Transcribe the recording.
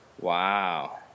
Wow